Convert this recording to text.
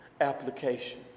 application